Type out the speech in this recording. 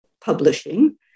publishing